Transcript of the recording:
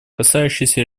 касающиеся